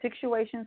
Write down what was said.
situations